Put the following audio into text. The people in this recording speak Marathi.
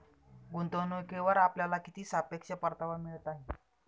गुंतवणूकीवर आपल्याला किती सापेक्ष परतावा मिळत आहे?